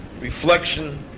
reflection